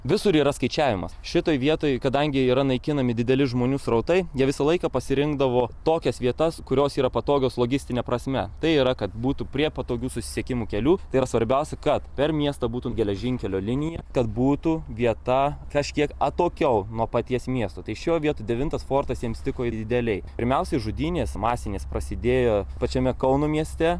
visur yra skaičiavimas šitoj vietoj kadangi yra naikinami dideli žmonių srautai jie visą laiką pasirinkdavo tokias vietas kurios yra patogios logistine prasme tai yra kad būtų prie patogių susisiekimų kelių tai yra svarbiausia kad per miestą būtų geležinkelio linija kad būtų vieta kažkiek atokiau nuo paties miesto tai šioj vietoj devintas fortas jiems tiko idealiai pirmiausiai žudynės masinės prasidėjo pačiame kauno mieste